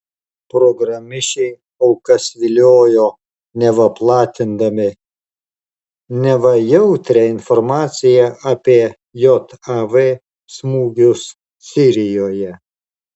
programišiai aukas viliojo neva platindami neva jautrią informaciją apie jav smūgius sirijoje